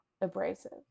abrasive